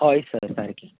हय सर सारकें